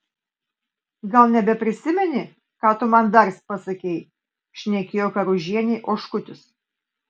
gal nebeprisimeni ką tu man dar pasakei šnekėjo karužienei oškutis